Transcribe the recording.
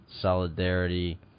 solidarity